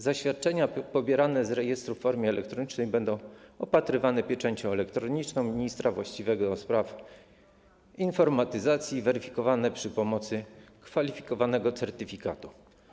Zaświadczenia pobierane z rejestru w formie elektronicznej będą opatrywane pieczęcią elektroniczną ministra właściwego do spraw informatyzacji i weryfikowane przy pomocy kwalifikowanego certyfikatu.